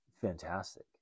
fantastic